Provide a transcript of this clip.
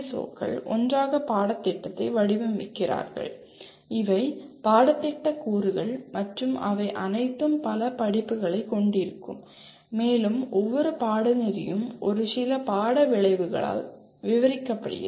ஓக்கள் ஒன்றாக பாடத்திட்டத்தை வடிவமைக்கிறார்கள் இவை பாடத்திட்ட கூறுகள் மற்றும் அவை அனைத்தும் பல படிப்புகளைக் கொண்டிருக்கும் மேலும் ஒவ்வொரு பாடநெறியும் ஒரு சில பாட விளைவுகளால் விவரிக்கப்படுகிறது